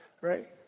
right